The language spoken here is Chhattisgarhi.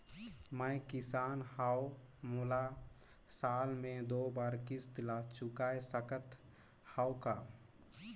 मैं किसान हव मोला साल मे दो बार किस्त ल चुकाय सकत हव का?